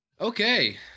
Okay